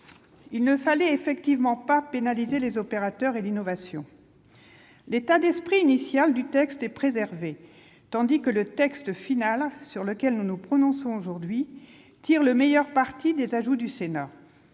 il ne fallait pas pénaliser les opérateurs et l'innovation. L'état d'esprit initial de la proposition de loi est préservé, tandis que le texte final, sur lequel nous nous prononçons ce jour, tire le meilleur parti des ajouts du Sénat.